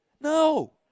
No